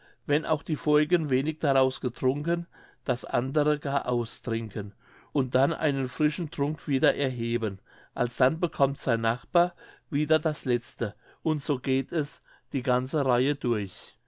wenn auch die vorigen wenig daraus getrunken das andere gar austrinken und dann einen frischen trunk wieder erheben alsdann bekommt sein nachbar wieder das letzte und so geht es die ganze reihe durch